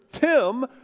Tim